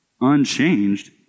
unchanged